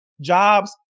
jobs